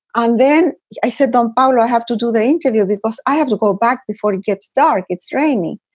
and then i said, i'm all i have to do the interview because i have to go back before it gets dark. it's rainy.